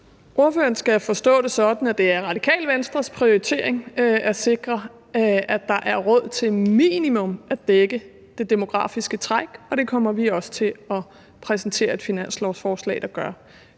Ordføreren skal forstå det sådan, at det er Radikale Venstres prioritering at sikre, at der er råd til minimum at dække det demografiske træk, og det kommer vi også til at præsentere et finanslovsforslag der gør.